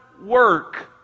work